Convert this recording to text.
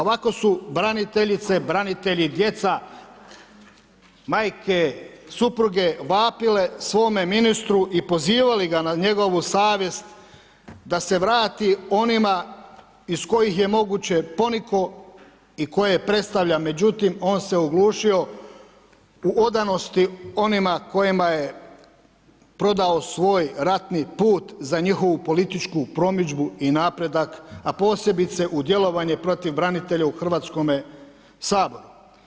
Ovako su braniteljice, branitelji, djeca, majke, supruge vapile svome ministru i pozivali ga na njegovu savjest da se vrati onima iz kojih je moguće ponikao i koje predstavlja, međutim on se oglušio u odanosti onima kojima je prodao svoj ratni put za njihovu političku promidžbu i napredak a posebice u djelovanje protiv branitelja u Hrvatskome saboru.